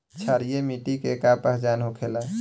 क्षारीय मिट्टी के का पहचान होखेला?